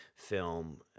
film